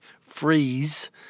freeze